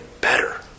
better